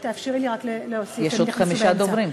נא לסיים.